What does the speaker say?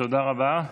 תודה רבה.